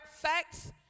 facts